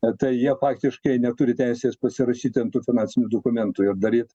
tai jie faktiškai neturi teisės pasirašyt ant tų finansinių dokumentų ir daryt